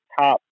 top